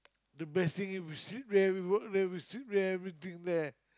the best thing if we sleep there we work there we sleep there everything there